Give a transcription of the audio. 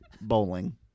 Bowling